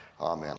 Amen